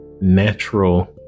natural